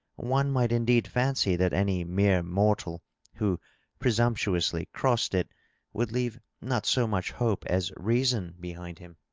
one might indeed fancy that any mere mortal who pre sumptuously crossed it would leave not so much hope as reason behind him!